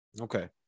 Okay